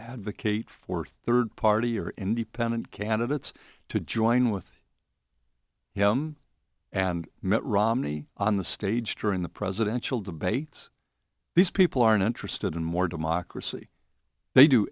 advocate for third party or independent candidates to join with him and mitt romney on the stage during the presidential debates these people are interested in more democracy